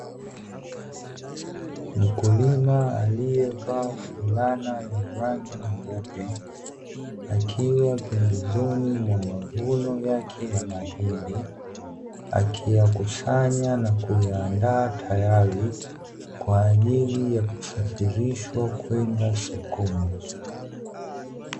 Mkulima aliyevaa fulana ya rangi nyeupe akiwa pembezoni mwa mavuno yake ya mahindi, akiyakusanya na kuyaandaa tayari kwa ajili ya kusafirishwa kwenda sokoni.